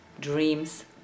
dreams